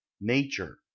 nature